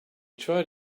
tried